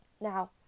Now